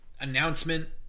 announcement